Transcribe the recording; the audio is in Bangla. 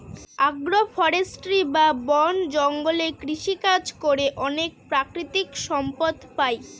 আগ্র ফরেষ্ট্রী বা বন জঙ্গলে কৃষিকাজ করে অনেক প্রাকৃতিক সম্পদ পাই